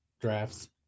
drafts